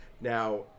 Now